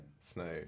Snow